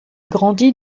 grandit